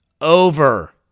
over